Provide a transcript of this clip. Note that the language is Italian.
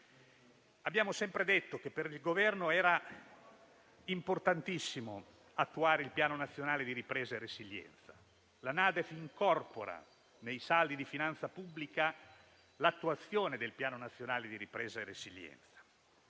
Abbiamo sempre detto che per il Governo era importantissimo attuare il Piano nazionale di ripresa e resilienza. La NADEF incorpora nei saldi di finanza pubblica l'attuazione del Piano nazionale di ripresa e resilienza;